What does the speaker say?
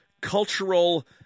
cultural